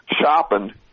shopping